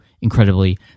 incredibly